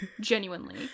Genuinely